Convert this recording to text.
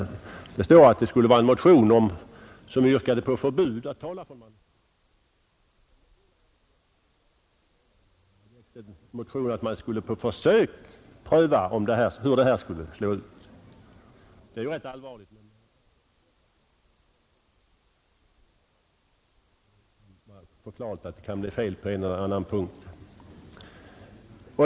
I utskottets betänkande står att motionen skulle avse förbud att tala från manuskript. Någon sådan motion har jag inte väckt, och det tänker jag inte heller göra. Jag har väckt en motion om att man på försök skulle tillämpa förbud mot manuskript för att se hur den metoden skulle slå ut. Emellertid är det väl inte så lätt att rubricera I 200 motioner rätt, så det kan vara förklarligt att det blir fel på en och annan punkt.